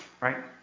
right